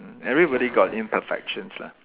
everybody got imperfections lah